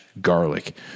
garlic